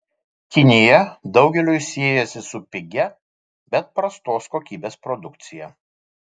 kinija daugeliui siejasi su pigia bet prastos kokybės produkcija